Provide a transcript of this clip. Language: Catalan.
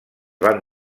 van